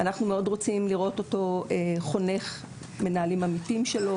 אנחנו רוצים מאוד לראות אותו חונך מנהלים עמיתים שלו,